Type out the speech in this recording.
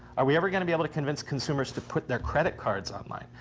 are we ever going to be able to convince consumers to put their credit cards online?